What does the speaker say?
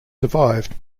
survived